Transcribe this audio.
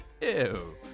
Ew